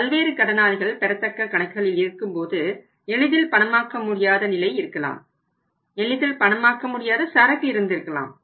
பல்வேறு கடனாளிகள் பெறத்தக்க கணக்குகளில் இருக்கும்போது எளிதில் பணமாக்க முடியாத நிலை இருக்கலாம் எளிதில் பணமாக்க முடியாத சரக்கு இருந்திருக்கலாம்